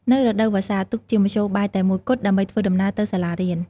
នៅរដូវវស្សា ទូកជាមធ្យោបាយតែមួយគត់ដើម្បីធ្វើដំណើរទៅសាលារៀន។